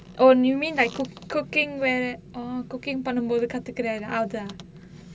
oh you mean like cooking வேற:vera oh cooking பண்ணும்போது கத்துகுரேன் அதா:pannumpothu kathukkuraen athaa